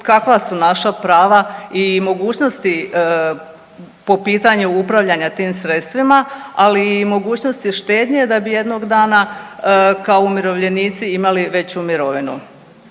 kakva su naša prava i mogućnosti po pitanju upravljanja tim sredstvima, ali i mogućnosti štednje da bi jednog dana kao umirovljenici imali veću mirovinu.